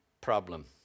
problem